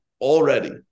already